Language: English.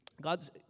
God's